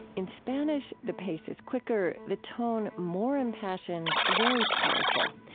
in spanish, the pace is quicker, the tone more impassioned, very powerful.